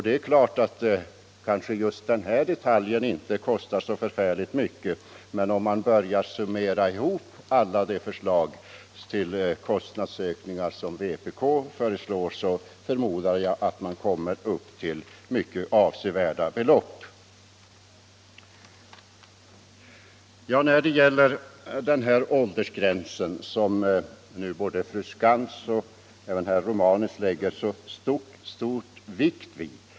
Det kan vara riktigt att just den här detaljen inte kostar så mycket, men om man summerar ihop vpk:s alla förslag till kostnadsökningar förmodar jag att man kommer upp i avsevärda belopp. Både fru Skantz och herr Romanus tillmäter den här åldersgränsen mycket stor betydelse.